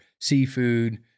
seafood –